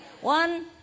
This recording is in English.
One